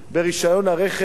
ברשיון הרכב.